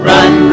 Run